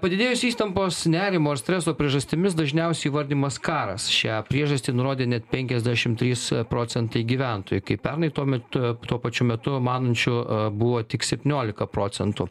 padidėjusiais įtampos nerimo ar streso priežastimis dažniausiai įvardijamas karas šią priežastį nurodė net penkiasdešim trys procentai gyventojų kai pernai tuo metu tuo pačiu metu manančių buvo tik septyniolika procentų